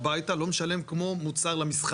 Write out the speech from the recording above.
בוא נשלם להם על ה-20 אלף טון שהם אספו.